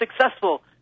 successful